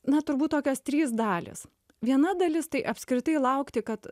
na turbūt tokios trys dalys viena dalis tai apskritai laukti kad